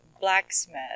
blacksmith